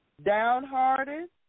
Downhearted